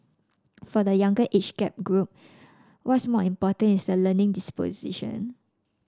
for the younger age gap group what's more important is the learning disposition